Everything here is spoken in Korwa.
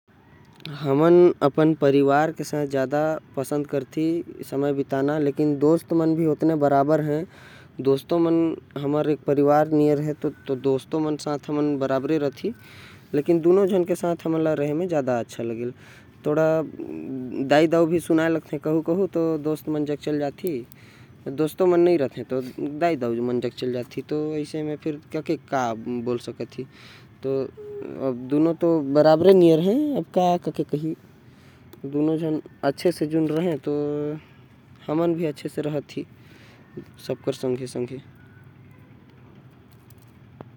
परिवार हमन दाई दाऊ डवकी छउआ के कहथी। अउ एक परिवार बाहर के होथे जो हमर दोस्त यार मन के होथे। इधर झगड़ा होये तो बाहरे चले जाबे अउ बाहरे झगड़ा होये तो। घरे आ जाबे पर हमन ला दोनों कति बराबर के संबंध रखे के चाहि।